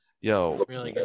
Yo